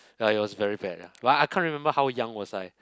ya it was very bad ya but I can't remember how young was I